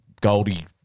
goldie